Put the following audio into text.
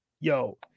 yo